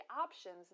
options